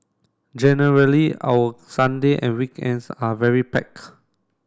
generally our Sunday and weekends are very packed